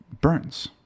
burns